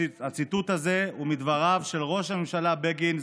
הציטוט הזה הוא מדבריו של ראש הממשלה בגין,